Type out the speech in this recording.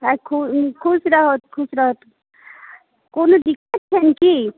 हँ खुश रहथु खुश रहथु कोनो दिक्कत छनि की